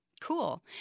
Cool